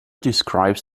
describes